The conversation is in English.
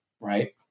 Right